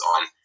on